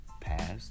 past